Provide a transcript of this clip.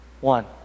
One